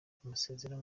kumusezera